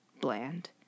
Bland